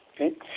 okay